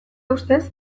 ustez